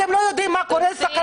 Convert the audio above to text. אתם לא יודעים מה קורה אצלכם בפנים.